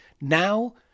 now